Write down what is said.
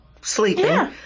sleeping